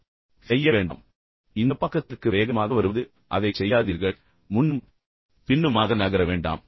எனவே இந்த பக்கத்திற்கு வேகமாக நகர்வது பின்னர் இந்த பக்கத்திற்கு வேகமாக வருவது அதைச் செய்யாதீர்கள் பின்னர் முன்னும் பின்னுமாக நகர வேண்டாம்